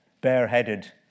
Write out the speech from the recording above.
bareheaded